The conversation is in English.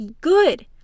good